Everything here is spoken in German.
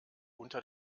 unter